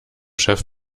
chef